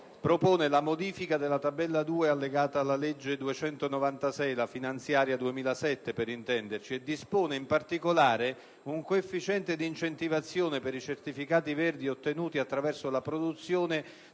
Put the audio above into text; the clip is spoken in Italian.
propone la modifica della tabella 2 allegata alla legge 27 dicembre 2006, n. 296 (la finanziaria 2007, per intenderci), disponendo, in particolare, un coefficiente di incentivazione per i certificati verdi ottenuti attraverso la produzione